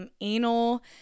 anal